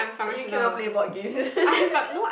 then you cannot play board games